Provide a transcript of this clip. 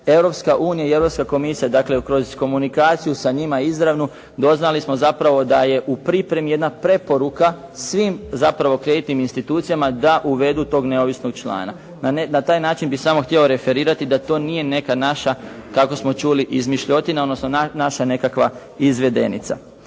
Europska unija i Europska komisija, dakle kroz komunikaciju sa njima izravnu doznali smo zapravo da je u pripremi jedna preporuka svim zapravo kreditnim institucijama da uvedu tog neovisnog člana. Na taj način bi samo htio referirati da to nije neka naša, kako smo čuli izmišljotina, odnosno naša nekakva izvedenica.